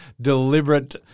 deliberate